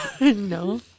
No